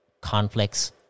conflicts